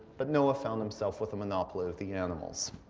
but noah found himself with a monopoly of the animals.